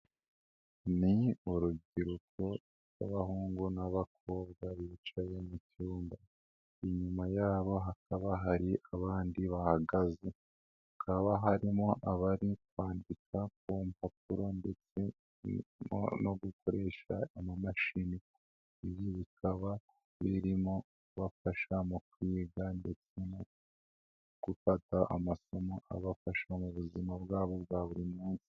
Ni urubyiruko rw'abahungu n'abakobwa bicaye mu cyumba, inyuma yabo hakaba hari abandi bahagaze, hakaba harimo abari kwandika ku mpapuro ndetse birimo no gukoresha amamashini, ibi bikaba birimo kubafasha mu kwiga ndetse no gufata amasomo abafasha mu buzima bwabo bwa buri munsi.